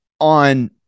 on